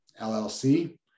LLC